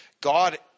God